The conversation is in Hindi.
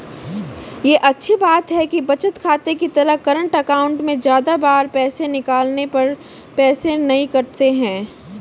ये अच्छी बात है कि बचत खाते की तरह करंट अकाउंट में ज्यादा बार पैसे निकालने पर पैसे नही कटते है